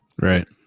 Right